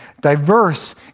diverse